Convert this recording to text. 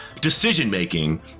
decision-making